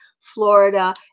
Florida